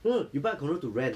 mm you buy the condo to rent